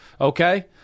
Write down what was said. okay